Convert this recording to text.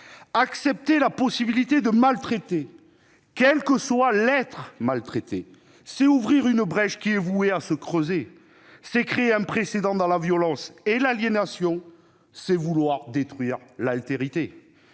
Accepter la possibilité de maltraiter, quel que soit l'être maltraité, c'est ouvrir une brèche vouée à se creuser ; c'est créer un précédent dans la violence et l'aliénation ; c'est vouloir détruire l'altérité.